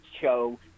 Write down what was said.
Show